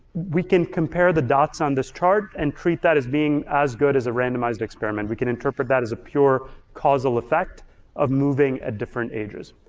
we can compare the dots on this chart and treat that as being as good as a randomized experiment. we can interpret that as a pure causal effect of moving at different ages.